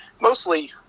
mostly